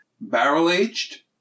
Barrel-aged